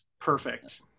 Perfect